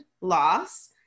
loss